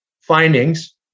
findings